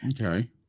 Okay